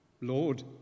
Lord